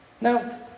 Now